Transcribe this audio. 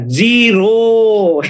zero